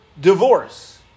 divorce